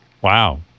Wow